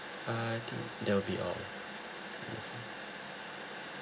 uh I think that will be all